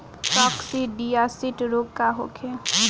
काकसिडियासित रोग का होखे?